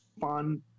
fun